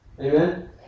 Amen